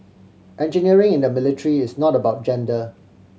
engineering in the military is not about gender